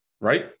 right